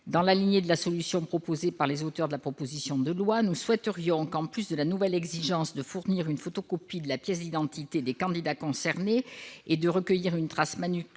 Dans la lignée de la solution proposée par les auteurs de la proposition de loi, nous souhaiterions qu'en plus de la nouvelle exigence de fournir une photocopie de la pièce d'identité des candidats concernés et de recueillir une trace manuscrite